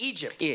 Egypt